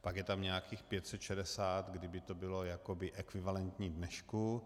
Pak je tam nějakých 560, kdy by to bylo jakoby ekvivalentní dnešku.